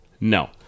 No